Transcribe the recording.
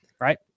Right